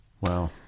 Wow